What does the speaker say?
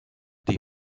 die